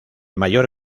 mayor